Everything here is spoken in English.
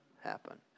happen